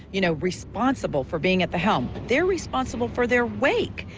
you know, responsible for being at the helm. they're responsible for their wake.